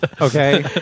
Okay